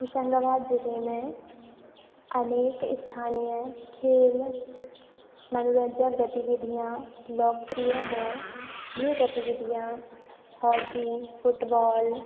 होशंगाबाद जिले में अनेक स्थानीय खेल मनोरंजन गतिविधियाँ लोकप्रिय है यह गतिविधियाँ हॉकी फुटबॉल